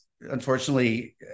unfortunately